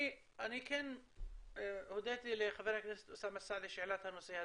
אני כן הודיתי לחבר הכנסת אוסאמה סעדי שהעלה את הנושא הזה,